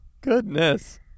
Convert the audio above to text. Goodness